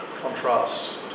contrasts